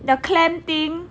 the clam thing